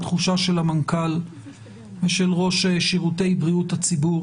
התחושה של המנכ"ל ושל ראש שירותי בריאות הציבור